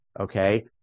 Okay